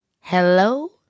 Hello